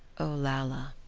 olalla!